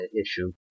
issue